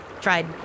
tried